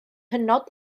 hynod